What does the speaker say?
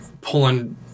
pulling